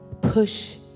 push